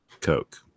Coke